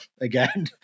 Again